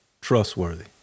trustworthy